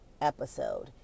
episode